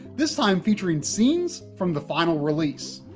this time featuring scenes from the final release.